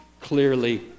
clearly